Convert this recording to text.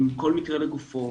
כל מקרה לגופו.